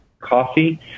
Coffee